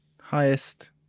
highest